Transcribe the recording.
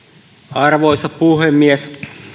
arvoisa puhemies